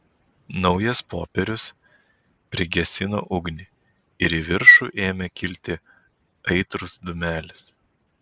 naujas popierius prigesino ugnį ir į viršų ėmė kilti aitrus dūmelis